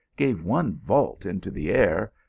gave one vault into the air,